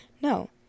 no